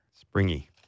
Springy